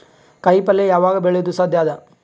ಕಾಯಿಪಲ್ಯ ಯಾವಗ್ ಬೆಳಿಯೋದು ಸಾಧ್ಯ ಅದ?